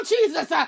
Jesus